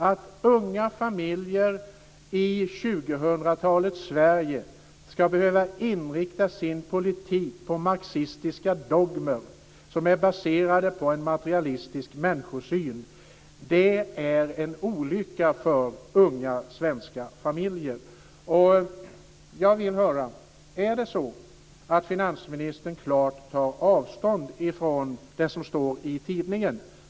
Att unga familjer i 2000-talets Sverige ska behöva inrikta sina liv på marxistiska dogmer som är baserade på en materialistisk människosyn är en olycka för unga svenska familjer. Tar finansministern klart avstånd från det som står i tidningen?